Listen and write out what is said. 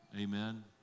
Amen